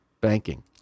banking